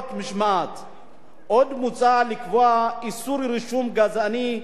עוד מוצע לקבוע איסור רישום גזעני במסמכי תאגיד,